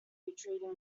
retreating